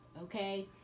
okay